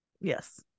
Yes